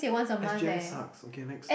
S_G_I sucks okay next